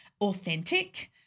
authentic